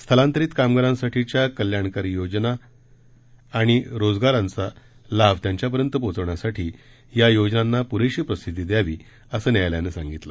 स्थलांकरित कामगारांसाठीच्या कल्याणकारी आणि रोजगार योजनांचा लाभ त्यांच्यापर्यंत पोचवण्यासाठी या योजनांना पुरेशी प्रसिद्दी द्यावी असं न्यायालयानं सांगितलं